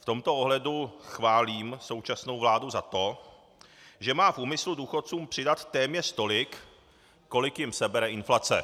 V tomto ohledu chválím současnou vládu za to, že má v úmyslu důchodcům přidat téměř tolik, kolik jim sebere inflace.